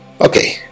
Okay